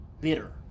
bitter